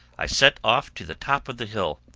i set off to the top of the hill,